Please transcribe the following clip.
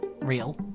real